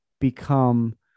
become